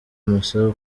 masa